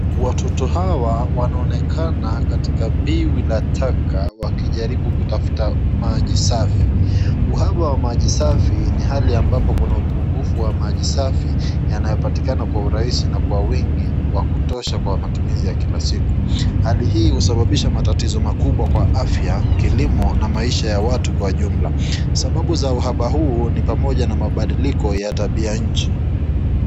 Watoto Hawa wanaonekana katika biwi la taka wakijaribu kutafuta maji safi. Uhaba wa maji safi ni hali ambapo Kuna upungufu wa maji safi yanayo patikana kwa urahisi na kwa wingi wa kutosha kwa matumizi ya kila siku. Hali hii husababisha matatizo makubwa kwa afya, kilimo na maisha ya watu kwa jumla. Sababu za uhaba huu ni pamoja na mabadiliko ya tabia ya nchi.